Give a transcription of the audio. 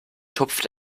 tupft